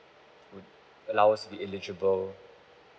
would allow us to be eligible